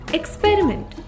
experiment